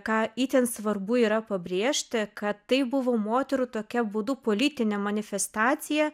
ką itin svarbu yra pabrėžti kad tai buvo moterų tokia būdu politinė manifestacija